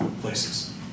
places